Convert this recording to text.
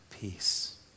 Peace